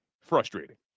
Frustrating